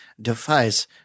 defies